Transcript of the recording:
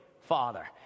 Father